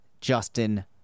Justin